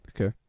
Okay